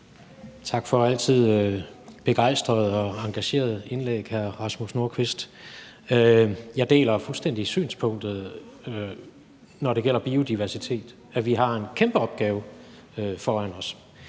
Tak for altid begejstrede og engagerede indlæg, hr. Rasmus Nordqvist. Jeg deler fuldstændig synspunktet, når det gælder biodiversitet, altså at vi har en kæmpe opgave foran os.